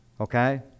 Okay